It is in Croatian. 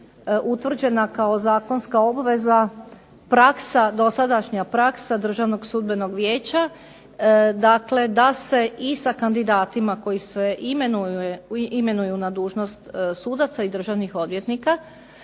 utvrđena kao zakonska obveza, praksa, dosadašnja praksa Državnog sudbenog vijeća dakle da se i sa kandidatima koji se imenuju na dužnost sudaca i državnih odvjetnika